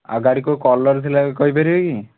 ଆଉ ଗାଡ଼ି କେଉଁ କଲର୍ ଥିଲା କହିପାରିବେ କି